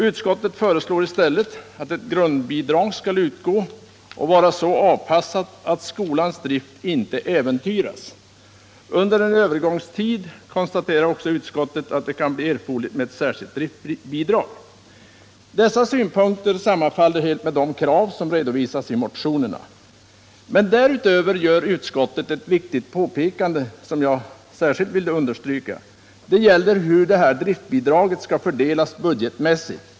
Utskottet föreslår i stället att ett grundbidrag skall utgå och vara så avpassat att skolans drift inte äventyras. Under en övergångstid konstaterar också utskottet att det kan bli erforderligt med ett särskilt driftbidrag. Dessa synpunkter sammanfaller helt med de krav som redovisas i mo tionerna. Men därutöver gör utskottet ett viktigt påpekande, som jag vill understryka. Det gäller här hur driftbidraget skall fördelas budgetmässigt.